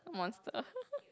monster